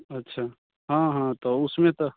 अच्छा हाँ हाँ तो उसमें तो